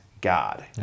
God